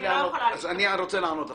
ואני לא יכולה --- אני רוצה לענות לך.